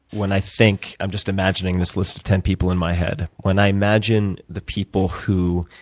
when i think i'm just imagining this list of ten people in my head. when i imagine the people who